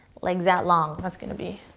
legs out long. that's going to be.